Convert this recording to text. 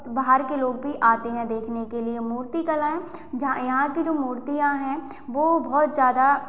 बाहर के लोग भी आते हैं देखने के लिए मूर्ति कलाएँ जहाँ यहाँ की जो मूर्तियाँ हैं वो बहुत ज़्यादा